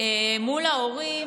מול ההורים